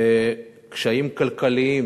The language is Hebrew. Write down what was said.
וקשיים כלכליים